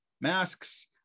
masks